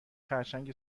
خرچنگ